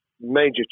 major